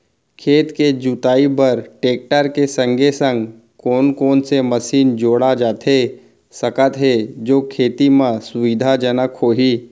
खेत के जुताई बर टेकटर के संगे संग कोन कोन से मशीन जोड़ा जाथे सकत हे जो खेती म सुविधाजनक होही?